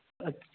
اچھا